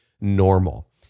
normal